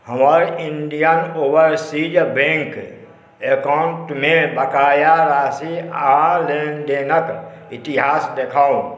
हमरा Indian Overseas Bank account मे बकाया राशि आ लेनदेनक इतिहास देखाउ